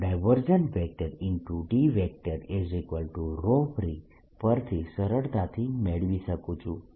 Dfreeપરથી સરળતાથી મેળવી શકું છું